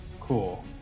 Cool